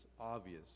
obvious